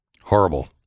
Horrible